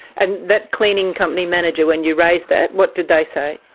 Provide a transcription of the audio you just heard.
and that cleaning company manager, when you raised that, what did they say?